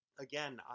again